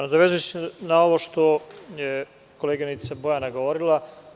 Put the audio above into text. Nadovezaću se na ovo što je koleginica Bojana govorila.